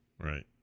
right